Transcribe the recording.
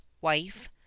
wife